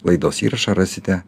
laidos įrašą rasite